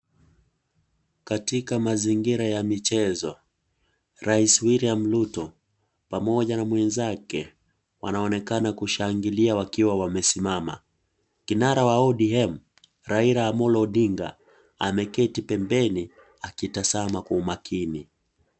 Katika mazingira ya michezo, Rais William Ruto pamoja na mwenzake wanaonekana kushangilia wakiwa wamesimama. Kinara wa ODM Raira Amolo Odinga ameketi pembeni akitasama kwa makini.